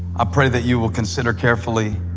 i pray that you will consider carefully